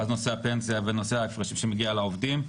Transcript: ונושא ההפרשים שמגיע לעובדים.